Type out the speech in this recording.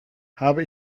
habe